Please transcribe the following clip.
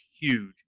huge